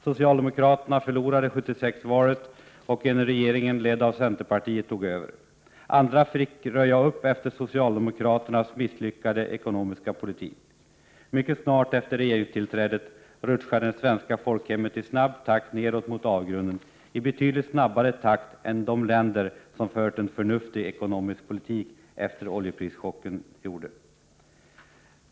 Socialdemokraterna förlorade valet 1976, ochen 17 december 1987 regering ledd av centerpartiet tog över. Andra fick röja upp efter socialdemo-= = Tma. poor on kraternas misslyckade ekonomiska politik. Mycket snart efter regeringstillträdet rutschade det svenska folkhemmet i snabb takt nedåt mot avgrunden — i betydligt snabbare takt än de länder som hade fört en förnuftig ekonomisk politik efter oljeprischocken.